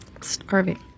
starving